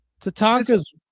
Tatanka's